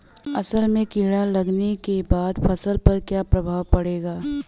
असल में कीड़ा लगने के बाद फसल पर क्या प्रभाव पड़ेगा?